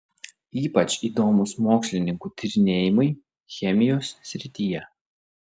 ypač įdomūs mokslininkų tyrinėjimai chemijos srityje